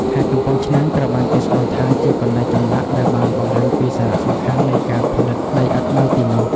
ខេត្តកំពង់ឆ្នាំងត្រូវបានគេស្គាល់ថាជាកន្លែងចម្លាក់ ដែលបានបង្ហាញពីសារៈសំខាន់នៃការផលិតដីឥដ្ឋនៅទីនោះ។